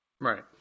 Right